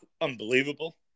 Unbelievable